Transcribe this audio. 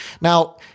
Now